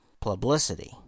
publicity